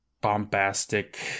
bombastic